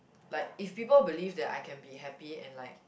like if people believe that I can be happy and like